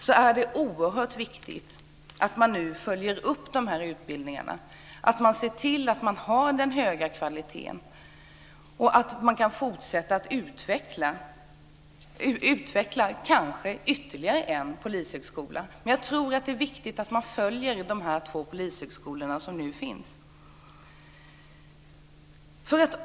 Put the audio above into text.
Det är då oerhört viktigt att man följer upp dessa utbildningar, att man ser till att kvaliteten är hög och att man kan fortsätta att utveckla verksamheten. Kanske kan man inrätta ytterligare en polishögskola. Men det är viktigt att man följer de två polishögskolor som nu finns.